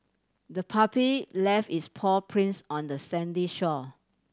the puppy left its paw prints on the sandy shore